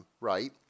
right